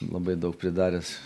labai daug pridaręs